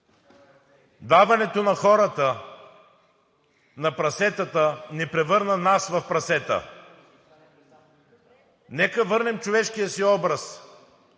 Даването на хората на прасетата ни превърна нас в прасета. Нека върнем човешкия си образ